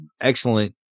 excellent